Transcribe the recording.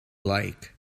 like